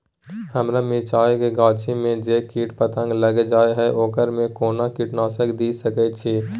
हमरा मिर्चाय के गाछी में जे कीट पतंग लैग जाय है ओकरा में कोन कीटनासक दिय सकै छी?